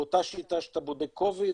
באותה שיטה שאתה בודק 19-COVID,